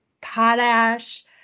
potash